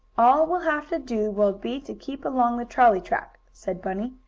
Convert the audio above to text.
all we'll have to do will be to keep along the trolley track, said bunny.